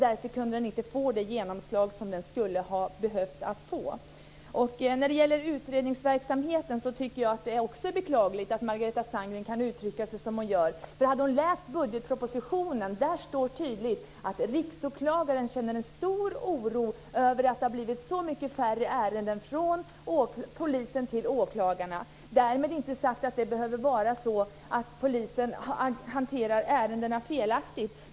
Därför kunde den inte få det genomslag som den skulle ha behövt få. När det gäller utredningsverksamheten tycker jag också att det är beklagligt att Margareta Sandgren kan uttrycka sig som hon gör. Läs budgetpropositionen! Där står tydligt att riksåklagaren känner en stor oro över att det har blivit så mycket färre ärenden från polisen till åklagarna. Därmed inte sagt att polisen hanterar ärendena felaktigt.